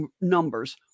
numbers